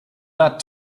that